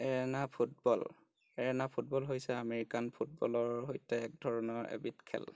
arena football arena football হৈছে American ফুটবলৰ সৈতে একেধৰণৰ এবিধ খেল